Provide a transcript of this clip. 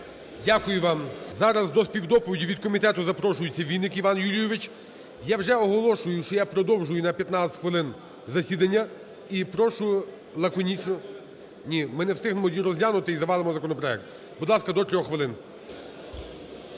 Дякую вам. Зараз до співдоповіді від комітету запрошується Вінник Іван Юлійович. Я вже оголошую, що я продовжую на 15 хвилин засідання, і прошу лаконічно… Ні, ми не встигнемо тоді розглянути і завалимо законопроект. Будь ласка, до 3 хвилин.